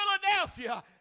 Philadelphia